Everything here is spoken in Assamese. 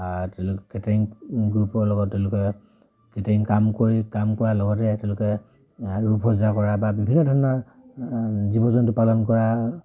তেওঁলোকে কেটাৰিং গ্ৰুপৰ লগত তেওঁলোকে কেটাৰিং কাম কৰি কাম কৰাৰ লগতে তেওঁলোকে ৰূপ সজ্জা কৰা বা বিভিন্ন ধৰণৰ জীৱ জন্তু পালন কৰা